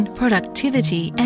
productivity